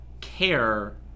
care